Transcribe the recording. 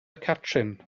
catrin